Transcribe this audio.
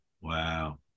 wow